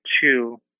two